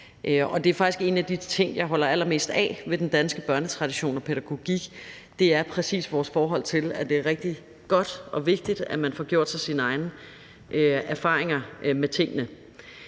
den frie udfoldelse. En af de ting, jeg holder allermest af ved den danske børnetradition og pædagogik, er faktisk præcis vores forhold til, at det er rigtig godt og vigtigt, at man får gjort sig sine egne erfaringer med tingene.